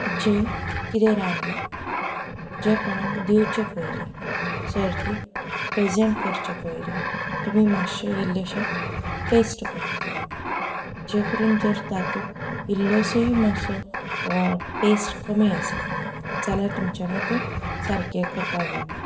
जें कितें रांदलां जें कोणाक दिवचे पयलीं सर्तीक प्रेजेंट करचे पयलीं तुमी मातशें इल्लेंशें टेस्ट करून पळोवप जें करून जर तातूंत इल्लोसोय मातसो टेस्ट कमी आसत जाल्यार तुमच्यांनी तें सारकें करपाक येता